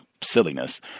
silliness